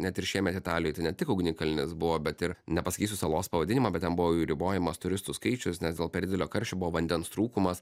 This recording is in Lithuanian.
net ir šiemet italijoj tai ne tik ugnikalnis buvo bet ir nepasakysiu salos pavadinimo bet ten buvo ribojamas turistų skaičius nes dėl per didelio karščio buvo vandens trūkumas